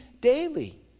daily